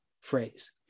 phrase